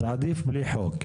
אז עדיף בלי חוק,